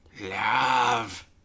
love